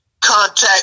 contact